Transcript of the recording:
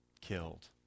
killed